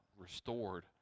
restored